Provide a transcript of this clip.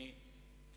אלא